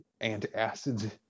antacids